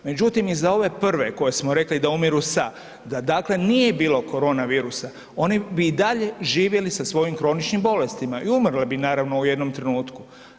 Međutim, i za ove prve koji smo rekli da umiru „sa“ da dakle nije bilo koronavirusa oni bi i dalje živjeli sa svojim kroničnim bolestima i umrli bi naravno u jednom trenutku.